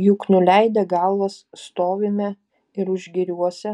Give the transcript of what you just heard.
juk nuleidę galvas stovime ir užgiriuose